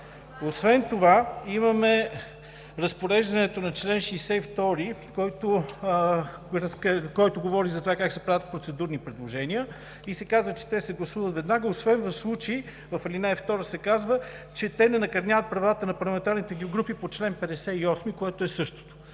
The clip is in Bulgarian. Освен това имаме разпореждането на чл. 62, който говори за това как се правят процедурни предложения. Казва се, че те се гласуват веднага освен в случаи – в ал. 2 се казва, че те не накърняват правата на парламентарните групи по чл. 58, което е същото.